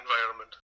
environment